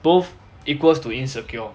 both equals to insecure